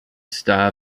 star